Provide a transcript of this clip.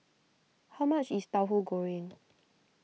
how much is Tahu Goreng